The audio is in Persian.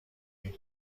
این